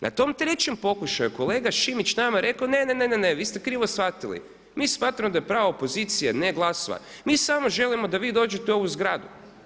Na tom trećem pokušaju kolega Šimić nam je rekao ne, ne vi ste krivo shvatili mi smatramo da je pravo pozicije ne glasovati, mi samo želimo da vi dođete u ovu zgradu.